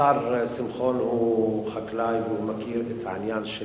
השר שמחון הוא חקלאי, והוא מכיר את העניין של